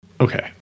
okay